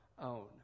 own